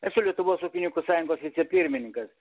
esu lietuvos ūkininkų sąjungos vicepirmininkas